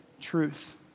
truth